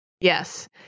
Yes